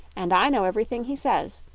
and i know everything he says.